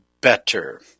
better